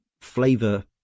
flavor